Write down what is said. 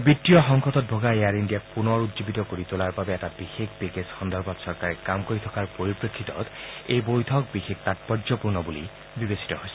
বিত্তীয় সংকটত ভোগা এয়াৰ ইণ্ডিয়াক পুনৰ উজ্জীৱিত কৰি তোলাৰ বাবে এটা বিশেষ পেকেজ সন্দৰ্ভত চৰকাৰে কাম কৰি থকাৰ পৰিপ্ৰেক্ষিতত এই বৈঠক বিশেষ তাৎপৰ্যপূৰ্ণ বুলি বিবেচিত হৈছে